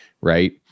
right